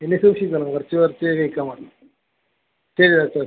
ഇനി സൂക്ഷിക്കണം കു റച്ച് കുറച്ചെ കഴിക്കാൻ പാടുള്ളു ശരി ഡോക്ടറെ